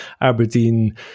Aberdeen